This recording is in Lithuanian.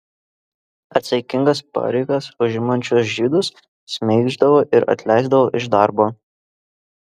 atsakingas pareigas užimančius žydus šmeiždavo ir atleisdavo iš darbo